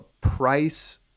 price